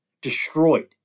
destroyed